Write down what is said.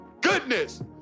goodness